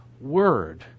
Word